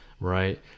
Right